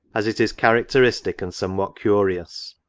as it is characteristic, and somewhat curious.